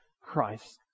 Christ